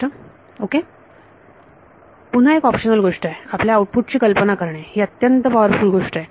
हे ओके आहे पुन्हा एक ऑप्शनल गोष्ट आहे आपल्या आउटपुट ची कल्पना करणे ही अत्यंत पॉवरफुल अशी गोष्ट आहे